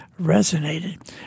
resonated